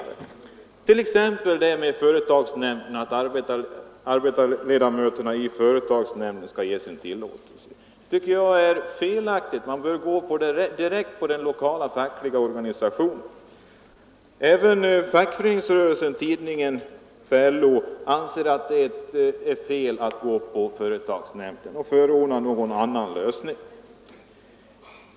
Tag t.ex. frågan om arbetarledamöterna i företagsnämnden skall ge tillåtelse till att arbetsmiljöfond tas i anspråk. Det tycker jag är felaktigt. Man bör gå direkt på den lokala fackliga rörelsen. Även LO-tidningen Fackföreningsrörelsen anser att det är fel att överlåta detta till företagsnämnden och förordar någon annan lösning.